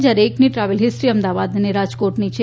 જ્યારે એકની travel history Ahmedabad અને રાજકોટની છે